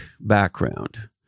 background